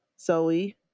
Zoe